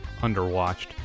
underwatched